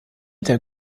der